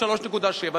3.7,